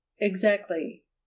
Exactly